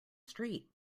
street